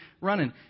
running